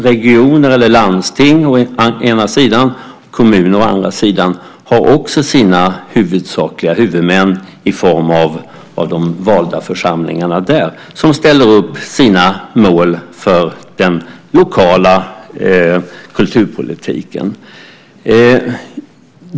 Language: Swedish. Regioner eller landsting å ena sidan och kommuner å andra sidan har också sina huvudsakliga huvudmän i form av de valda församlingarna som ställer upp sina mål för den lokala kulturpolitiken.